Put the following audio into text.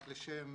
רק לשם